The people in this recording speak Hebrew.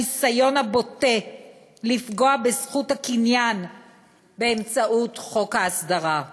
הניסיון הבוטה לפגוע בזכות הקניין באמצעות חוק ההסדרה.